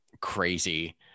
crazy